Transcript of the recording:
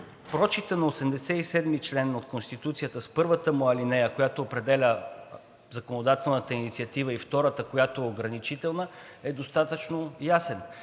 прочитът на чл. 87 от Конституцията с първата му алинея, която определя законодателната инициатива, и втората, която е ограничителна, е достатъчно ясен.